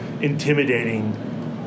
intimidating